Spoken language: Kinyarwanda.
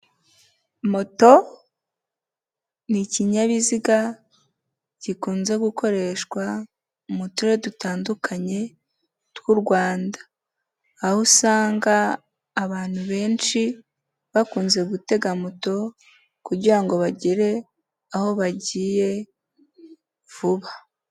Moto ni ikinyabiziga gikunze gukoreshwa mu Turere dutandukanye tw'u Rwanda, aho usanga abantu benshi bakunze gutega moto kugira ngo bagere aho bagiye vuba.